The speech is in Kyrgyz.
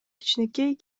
кичинекей